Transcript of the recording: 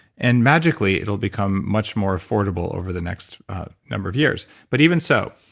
and magically it'll become much more affordable over the next number of years. but even so,